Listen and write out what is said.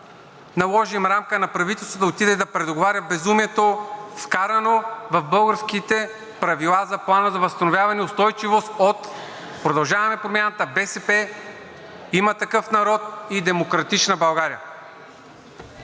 наложим рамка на правителството да отиде и да предоговаря безумието, вкарано в българските правила за Плана за възстановяване и устойчивост от „Продължаваме Промяната“, БСП, „Има такъв народ“ и „Демократична България“.